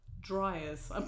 Dryers